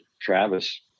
Travis